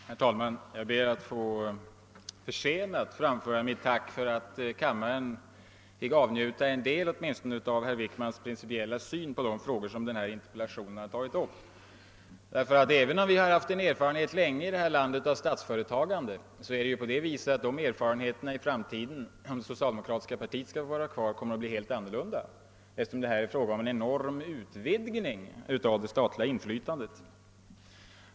Herr talman! Jag ber att, litet försenat, få framföra mitt tack för att kammaren fick avnjuta åtminstone en del av herr Wickmans principiella syn på de frågor jag tagit upp i interpellationen. Även om vi länge har haft erfarenhet av statsföretagandet här i landet, är det ändå så att de erfarenheterna i framtiden, om socialdemokratiska partiet sitter kvar, kommer att bli helt annorlunda, eftersom det nu är fråga om en enorm utvidgning av det statliga inflytandet.